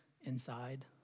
inside